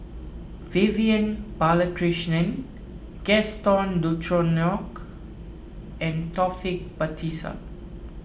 Vivian Balakrishnan Gaston Dutronquoy and Taufik Batisah